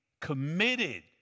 committed